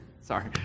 Sorry